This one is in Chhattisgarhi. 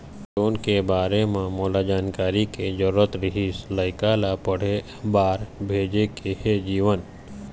लोन के बारे म मोला जानकारी के जरूरत रीहिस, लइका ला पढ़े बार भेजे के हे जीवन